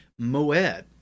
Moed